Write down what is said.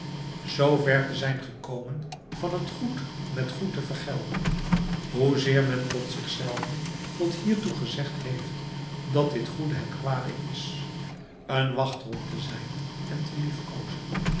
zoo ver te zijn gekomen van het goed met goed te vergelden hoezeer men tot zich zelven tot hiertoe gezegd heeft dat dit goede het kwade is een wachthond te zijn en te liefkoozen